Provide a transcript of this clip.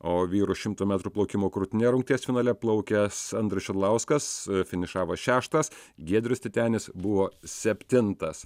o vyrų šimto metrų plaukimo krūtine rungties finale plaukęs andrius šidlauskas finišavo šeštas giedrius titenis buvo septintas